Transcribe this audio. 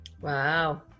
wow